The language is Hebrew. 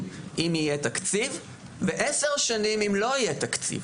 אם יהיה תקציב ועשר שנים אם לא יהיה תקציב.